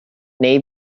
neu